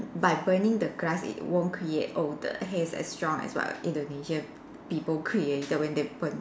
by burning the grass it won't create odour haze as strong as what Indonesia people created when they burn